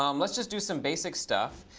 um let's just do some basic stuff.